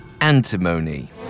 antimony